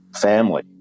family